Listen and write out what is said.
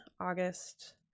August